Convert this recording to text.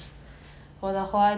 我们